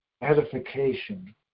edification